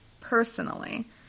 personally